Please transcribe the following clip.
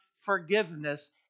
forgiveness